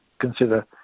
consider